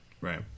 Right